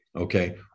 okay